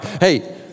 hey